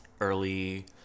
early